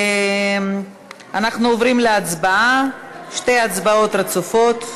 אנחנו עוברים להצבעה, שתי הצבעות רצופות.